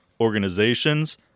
organizations